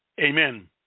Amen